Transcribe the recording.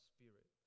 Spirit